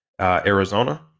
Arizona